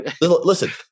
Listen